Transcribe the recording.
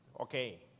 Okay